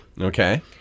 Okay